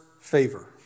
favor